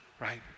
right